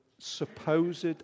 supposed